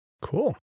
Cool